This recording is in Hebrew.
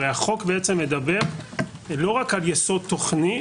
הרי החוק מדבר לא רק על יסוד תוכני,